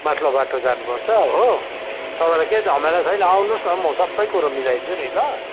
माथिल्लो बाटो जानु पर्छ हो तपाईँलाई केही झमेला छैन आउनुहोस् न म सबै कुरो मिलाइदिन्छु नि ल